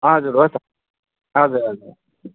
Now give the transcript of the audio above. हजुर हो त हजुर हजुर